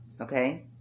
okay